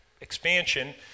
expansion